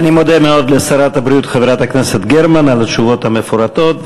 אני מודה מאוד לשרת הבריאות חברת הכנסת גרמן על התשובות המפורטות,